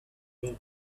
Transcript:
them